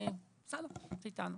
בסדר, את איתנו.